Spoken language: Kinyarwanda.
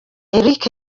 eric